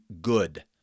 good